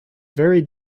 very